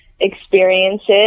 experiences